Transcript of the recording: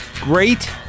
great